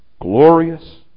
glorious